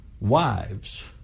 wives